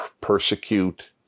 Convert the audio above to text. persecute